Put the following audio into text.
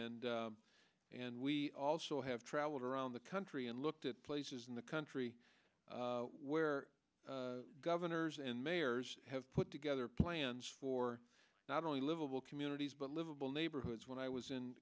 and and we also have traveled around the country and looked at places in the country where governors and mayors have put together plans for not only livable communities but livable neighborhoods when i was in